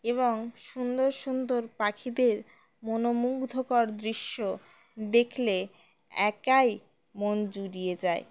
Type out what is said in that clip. এবং সুন্দর সুন্দর পাখিদের মনোমুগ্ধকর দৃশ্য দেখলে একাই মন জুড়িয়ে যায়